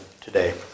today